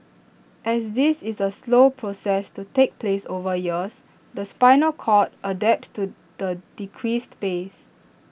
as this is A slow process to takes place over years the spinal cord adapts to the decreased space